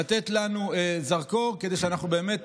כדי שאנחנו באמת